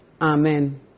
Amen